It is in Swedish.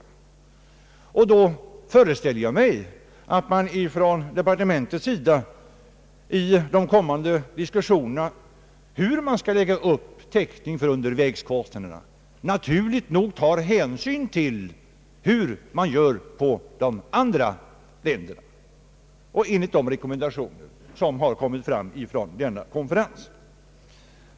Då föreställer jag mig att man från departementets sida vid de kommande diskussionerna om hur man skall lägga upp täckningen för undervägskostnader naturligt nog tar hänsyn till hur de andra länderna gör samt att man följer de rekommendationer som utfärdats av konferensen.